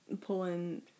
pulling